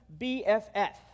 BFF